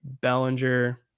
Bellinger